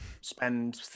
spend